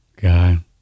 God